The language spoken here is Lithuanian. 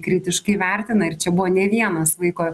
kritiškai vertina ir čia buvo ne vienas vaiko